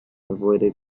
avoided